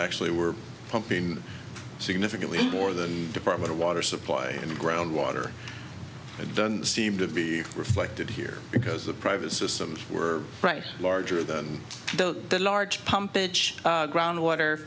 actually were pumping significantly more than department of water supply and groundwater don't seem to be reflected here because the private systems were larger than the large pumping groundwater